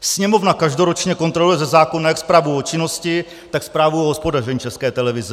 Sněmovna každoročně kontroluje ze zákona jak zprávu o činnosti, tak zprávu o hospodaření České televize.